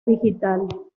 digital